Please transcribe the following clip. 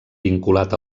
vinculat